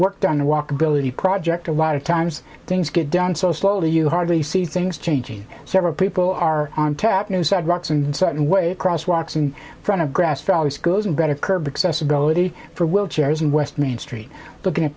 worked on a walkability project a lot of times things get done so slowly you hardly see things changing several people are on tap new sidewalks and certain way across walks in front of grass valley schools and better curb accessibility for will chairs in west main street looking at